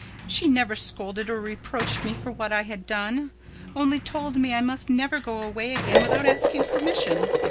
she never scolded or reproached me for what i had done only told me i must never go away again without asking permission.